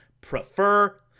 prefer